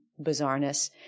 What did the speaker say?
bizarreness